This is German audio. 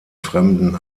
fremden